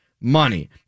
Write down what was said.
money